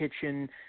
kitchen